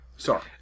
Sorry